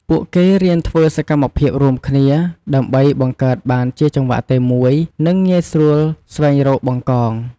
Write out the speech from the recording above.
ពួកគេរៀនធ្វើសកម្មភាពរួមគ្នា ដើម្បីបង្កើតបានជាចង្វាក់តែមួយ និងងាយស្រួលស្វែងរក បង្កង។